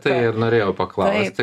tai ir norėjau paklausti